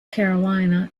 carolina